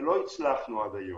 ולא הצלחנו עד היום.